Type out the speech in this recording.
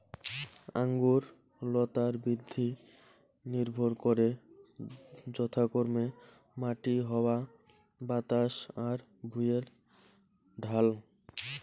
আঙুর লতার বৃদ্ধি নির্ভর করে যথাক্রমে মাটি, হাওয়া বাতাস আর ভুঁইয়ের ঢাল